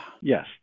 Yes